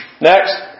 Next